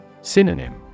Synonym